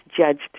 judged